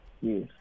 Yes